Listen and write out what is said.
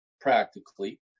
practically